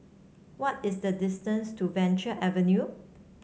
what is the distance to Venture Avenue